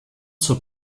zur